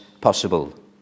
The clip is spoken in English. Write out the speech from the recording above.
possible